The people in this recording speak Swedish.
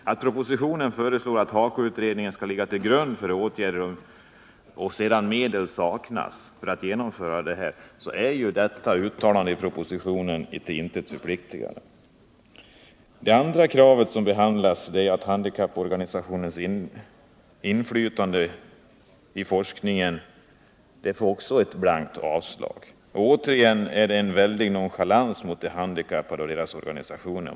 Om propositionen föreslår att HAKO-utredningen skall ligga till grund för åtgärder och sedan medel saknas för att genomföra dem, så är ju detta uttalande i propositionen till intet förpliktande. Kravet att handikapporganisationerna skall tillförsäkras inflytande på forskningen får också ett blankt avstyrkande. Detta innebär återigen en väldig nonchalans mot de handikappade och deras organisationer.